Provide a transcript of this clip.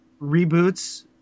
reboots